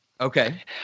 Okay